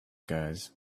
guys